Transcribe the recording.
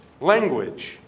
language